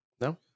No